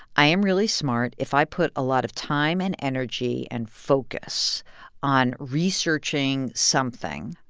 i am really smart. if i put a lot of time and energy and focus on researching something,